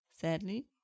Sadly